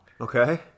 Okay